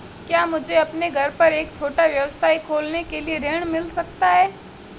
क्या मुझे अपने घर पर एक छोटा व्यवसाय खोलने के लिए ऋण मिल सकता है?